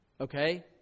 okay